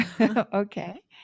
Okay